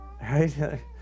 right